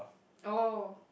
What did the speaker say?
oh